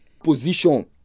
Position